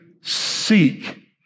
seek